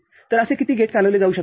तरअसे किती गेट चालविले जाऊ शकतात